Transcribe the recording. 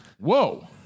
Whoa